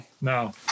no